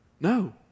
No